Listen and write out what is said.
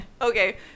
Okay